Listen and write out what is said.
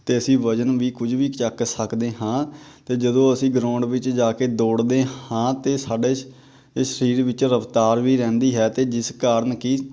ਅਤੇ ਅਸੀਂ ਵਜਨ ਵੀ ਕੁਝ ਵੀ ਚੱਕ ਸਕਦੇ ਹਾਂ ਅਤੇ ਜਦੋਂ ਅਸੀਂ ਗਰਾਊਂਡ ਵਿੱਚ ਜਾ ਕੇ ਦੌੜਦੇ ਹਾਂ ਅਤੇ ਸਾਡੇ ਇਸ ਸਰੀਰ ਵਿੱਚ ਰਫਤਾਰ ਵੀ ਰਹਿੰਦੀ ਹੈ ਅਤੇ ਜਿਸ ਕਾਰਨ ਕੀ